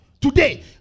today